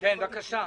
כן, בבקשה.